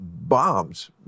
bombs